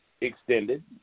extended